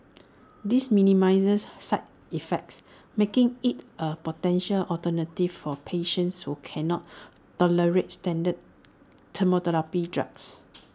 this minimises side effects making IT A potential alternative for patients who cannot tolerate standard chemotherapy drugs